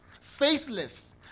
faithless